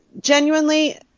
genuinely